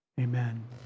Amen